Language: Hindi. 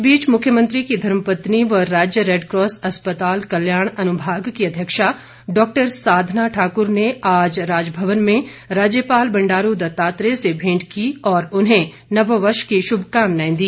इस बीच मुख्यमंत्री की धर्मपत्नी व राज्य रेडकॉस अस्पताल कल्याण अनुभाग की अध्यक्षा डॉक्टर साधना ठाकर ने आज राजभवन में राज्यपाल बंडारू दत्तात्रेय से भेंट की और उन्हें नववर्ष की शुभकामनाएं दी